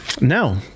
No